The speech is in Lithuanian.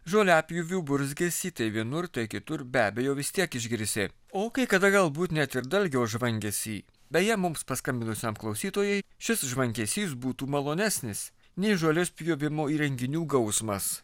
žoliapjovių burzgesį tai vienur tai kitur be abejo vis tiek išgirsi o kai kada galbūt net ir dalgio žvangesį beje mums paskambinusiam klausytojui šis žvangesys būtų malonesnis nei žolės pjovimo įrenginių gausmas